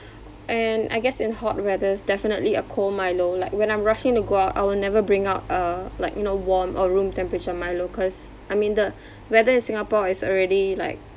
and I guess in hot weathers definitely a cold Milo like when I'm rushing to go out I will never bring out a like you know warm or room temperature Milo cause I mean the weather in Singapore is already like